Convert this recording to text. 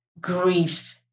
grief